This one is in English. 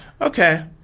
Okay